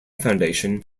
foundation